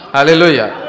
Hallelujah